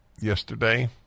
yesterday